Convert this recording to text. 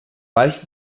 weicht